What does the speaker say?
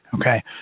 Okay